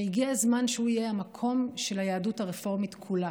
והגיע הזמן שהוא יהיה המקום של היהדות הרפורמית כולה.